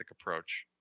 approach